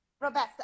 Roberta